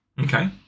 Okay